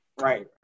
right